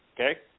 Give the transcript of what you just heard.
Okay